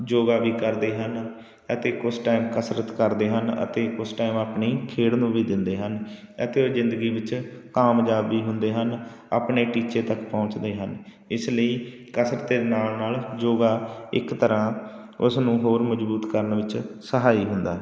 ਯੋਗਾ ਵੀ ਕਰਦੇ ਹਨ ਅਤੇ ਕੁਛ ਟਾਈਮ ਕਸਰਤ ਕਰਦੇ ਹਨ ਅਤੇ ਕੁਛ ਟਾਈਮ ਆਪਣੀ ਖੇਡ ਨੂੰ ਵੀ ਦਿੰਦੇ ਹਨ ਅਤੇ ਜ਼ਿੰਦਗੀ ਵਿੱਚ ਕਾਮਯਾਬ ਵੀ ਹੁੰਦੇ ਹਨ ਆਪਣੇ ਟੀਚੇ ਤੱਕ ਪਹੁੰਚਦੇ ਹਨ ਇਸ ਲਈ ਕਸਰਤ ਦੇ ਨਾਲ ਨਾਲ ਯੋਗਾ ਇੱਕ ਤਰ੍ਹਾਂ ਉਸ ਨੂੰ ਹੋਰ ਮਜ਼ਬੂਤ ਕਰਨ ਵਿੱਚ ਸਹਾਈ ਹੁੰਦਾ ਹੈ